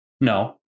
No